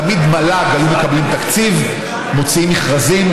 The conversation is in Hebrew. תמיד מל"ג היו מקבלים תקציב ומוציאים מכרזים,